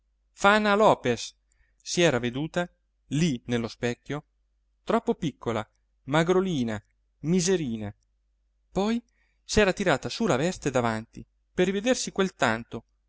fana fana lopes si era veduta lì nello specchio troppo piccola magrolina miserina poi s'era tirata su la veste davanti per rivedersi quel tanto